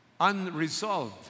unresolved